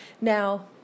Now